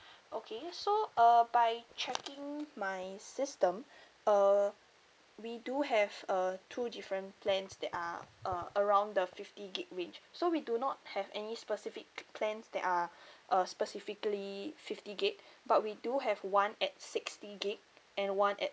okay so uh by checking my system uh we do have uh two different plans that are uh around the fifty gig range so we do not have any specific plans that are uh specifically fifty gig but we do have one at sixty gig and one at